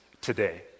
today